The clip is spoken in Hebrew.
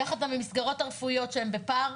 יחד עם המסגרות הרפואיות שהן בפער.